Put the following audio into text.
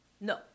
No